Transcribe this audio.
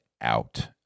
out